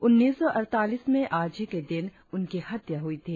उन्नीस सौ अड़तालीस में आज ही के दिन उनकी हत्या हुई थी